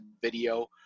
video